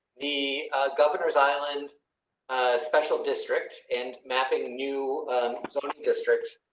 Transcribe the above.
the governor's island special district and mapping new sort of district.